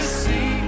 see